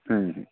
হুম হুম